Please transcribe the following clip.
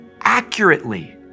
accurately